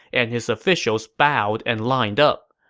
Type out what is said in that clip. and his officials bowed and lined up.